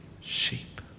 sheep